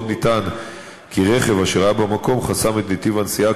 עוד נטען כי רכב אשר היה במקום חסם את נתיב הנסיעה,